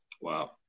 Wow